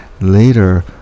Later